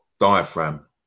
diaphragm